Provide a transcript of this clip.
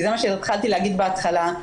כי זה מה שהתחלתי להגיד בהתחלה,